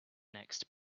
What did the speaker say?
next